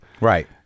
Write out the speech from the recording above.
Right